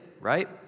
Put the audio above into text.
right